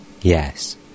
Yes